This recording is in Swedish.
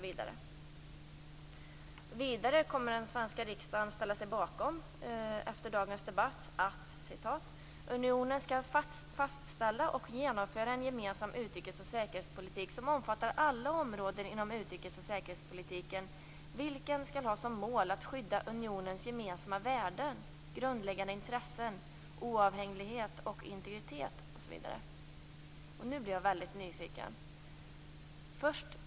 Vidare kommer den svenska riksdagen att efter dagens debatt ställa sig bakom att unionen skall fastställa och genomföra en gemensam utrikes och säkerhetspolitik som omfattar alla områden inom utrikes och säkerhetspolitiken, vilken skall ha som mål att skydda unionens gemensamma värden, grundläggande intressen, oavhängighet och integritet. Nu blir jag nyfiken!